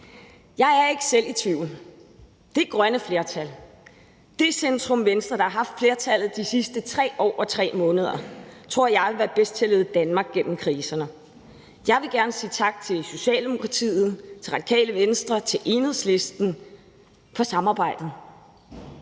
Jeg er ikke selv i tvivl. Det grønne flertal, altså det centrum-venstre, der har haft flertallet de sidste 3 år og 3 måneder, tror jeg vil være bedst til at lede Danmark gennem kriserne. Jeg vil gerne sige tak til Socialdemokratiet, til Radikale Venstre og til Enhedslisten for samarbejdet.